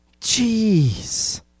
Jeez